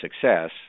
success